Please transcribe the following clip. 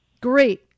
Great